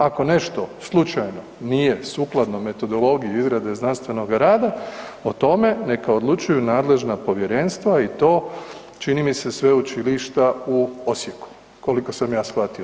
Ako nešto slučajno nije sukladno metodologiji izrade znanstvenoga rada, o tome neka odlučuju nadležna povjerenstva i to, čini mi se, Sveučilišta u Osijeku, koliko sam ja shvatio.